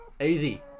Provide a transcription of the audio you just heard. Easy